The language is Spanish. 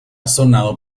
sonado